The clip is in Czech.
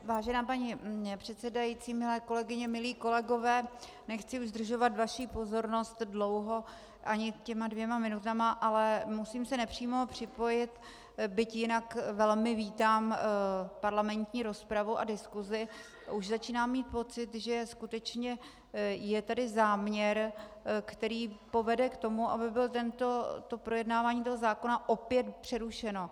Vážená paní předsedající, milé kolegyně, milí kolegové, nechci zdržovat vaši pozornost dlouho ani těmi dvěma minutami, ale musím se nepřímo připojit byť jinak velmi vítám parlamentní rozpravu a diskusi, už začínám mít pocit, že skutečně je tady záměr, který povede k tomu, aby bylo projednávání tohoto zákona opět přerušeno.